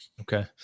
Okay